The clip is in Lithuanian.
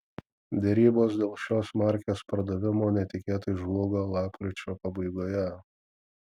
derybos dėl šios markės pardavimo netikėtai žlugo lapkričio pabaigoje